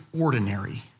ordinary